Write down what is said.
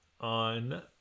on